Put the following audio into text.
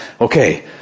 okay